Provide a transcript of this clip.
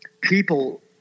people